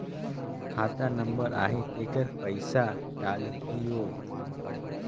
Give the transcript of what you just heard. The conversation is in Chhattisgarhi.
खाता नंबर आही तेकर पइसा डलहीओ?